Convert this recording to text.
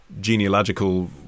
genealogical